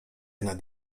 nad